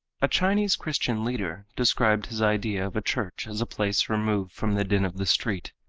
a chinese christian leader described his idea of a church as a place removed from the din of the street,